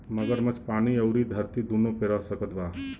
मगरमच्छ पानी अउरी धरती दूनो पे रह सकत बा